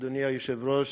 אדוני היושב-ראש,